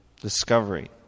discovery